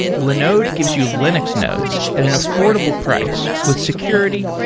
linode gives you linux nodes at an affordable price, with security,